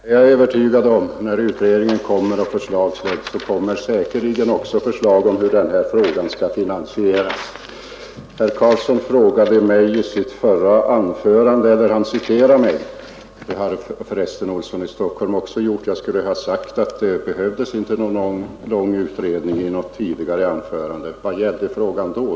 Fru talman! Jag är övertygad om att när utredningens resultat föreligger kommer säkerligen också ett förslag om hur den här saken skall finansieras. Herr Carlsson i Vikmanshyttan citerade mig — det har för resten herr Olsson i Stockholm också gjort — och menade att jag skulle ha sagt i ett tidigare anförande att det inte behövdes någon längre tids utredning. Vad gällde frågan då?